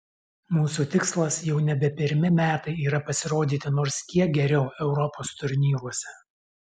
mūsų tikslas jau nebe pirmi metai yra pasirodyti nors kiek geriau europos turnyruose